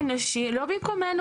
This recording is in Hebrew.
זה לא במקומנו.